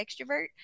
extrovert